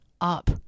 up